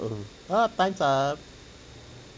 oh ah time's up